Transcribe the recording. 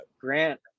Grant